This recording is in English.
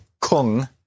Kung